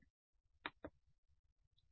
త్రిభుజాలకు discretise సరే